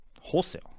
wholesale